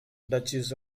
duchess